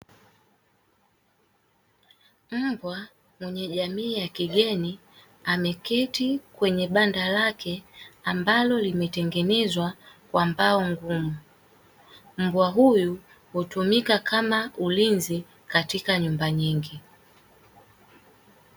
Mbwa mwenye jamii ya kigeni ameketi kwenye banda lake ambalo limetengenezwa kwa mbao ngumu, mbwa huyu hutumika kama ulinzi kwenye nyumba nyingi.